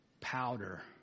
powder